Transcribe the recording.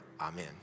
amen